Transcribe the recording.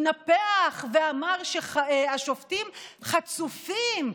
התנפח ואמר שהשופטים חצופים,